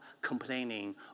complaining